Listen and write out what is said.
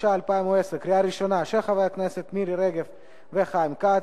התש"ע 2010, של חברי הכנסת מירי רגב וחיים כץ,